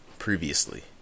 Previously